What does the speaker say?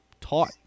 taught